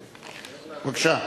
בבקשה.